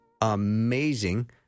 amazing